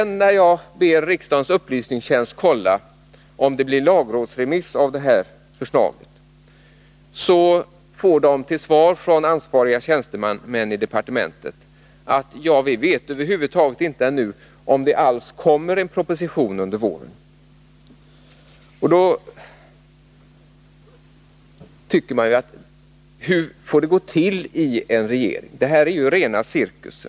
När jag ber riksdagens upplysningstjänst kolla om detta förslag skall prövas av lagrådet så svarar ansvariga tjänstemän i departementet att man ännu inte vet om det över huvud taget kommer en proposition under våren. Då undrar jag: Hur får det gå till i en regering? Det är ju rena cirkusen.